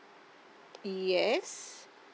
yes